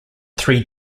three